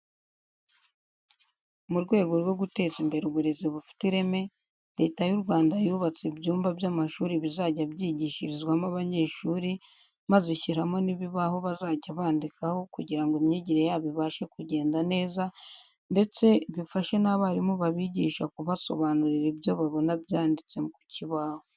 Mu rwego rwo guteza imbere uburezi bufite ireme, Leta y'u Rwanda yubatse ibyumba by'amashuri bizajya byigishirizwamo abanyeshuri maze ishyiramo n'ibibaho bazajya bandikaho kugira ngo imyigire yabo ibashe kugenda neza ndetse bifashe n'abarimu babigisha kubasobanurira ibyo babona byanditse ku kibaho.